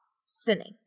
sinning